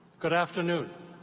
good afternoon.